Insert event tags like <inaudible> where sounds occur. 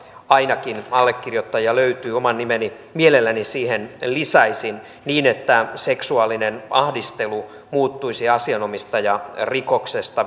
ainakin allekirjoittajia löytyy oman nimeni mielelläni siihen lisäisin niin että seksuaalinen ahdistelu muuttuisi asianomistajarikoksesta <unintelligible>